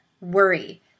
worry